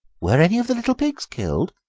were any of the little pigs killed?